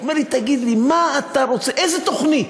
הוא אומר לי: תגיד לי, מה אתה רוצה, איזה תוכנית?